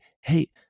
hey